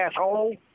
asshole